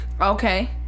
Okay